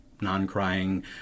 non-crying